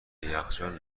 یخچال